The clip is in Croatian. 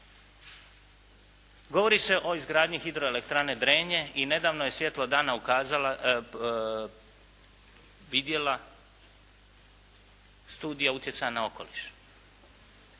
Govori se o izgradnji hidroelektrane Drenje i nedavno je svjetlo dana ukazala, vidjela studija utjecaja na okoliš